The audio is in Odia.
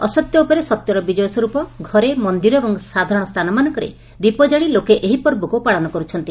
ଅସତ୍ୟ ଉପରେ ସତ୍ୟର ବିଜୟ ସ୍ୱର୍ପ ଘରେ ମ ଏବଂ ସାଧାରଣ ସ୍ରାନମାନଙ୍କରେ ଦୀପ ଜାଳି ଲୋକେ ଏହି ପର୍ବକୁ ପାଳନ କରୁଛନ୍ତି